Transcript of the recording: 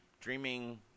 dreaming